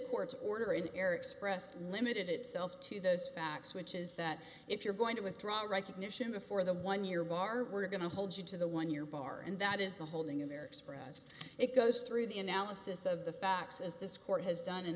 court's order in error expressed limited itself to those facts which is that if you're going to withdraw all recognition before the one year bar we're going to hold you to the one year bar and that is the holding in there expressed it goes through the analysis of the facts as this court has done in